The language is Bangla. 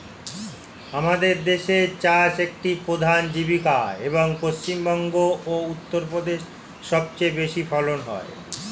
আমাদের দেশে চাষ একটি প্রধান জীবিকা, এবং পশ্চিমবঙ্গ ও উত্তরপ্রদেশে সবচেয়ে বেশি ফলন হয়